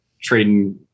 trading